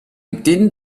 didn’t